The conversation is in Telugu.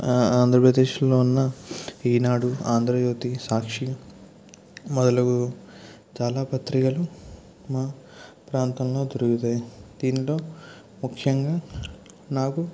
ఆంధ్రప్రదేశ్లో ఉన్న ఈనాడు ఆంధ్రజ్యోతి సాక్షి మొదలగు చాలా పత్రికలు మా ప్రాంతంలో తిరుగుతాయి దీనిలో ముఖ్యంగా నాకు